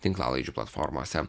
tinklalaidžių platformose